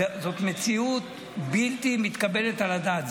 שזאת מציאות בלתי מתקבלת על הדעת.